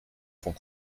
font